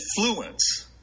influence